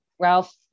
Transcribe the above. Ralph